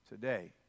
today